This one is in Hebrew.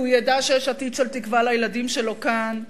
כי הוא ידע שיש עתיד של תקווה לילדים שלו כאן.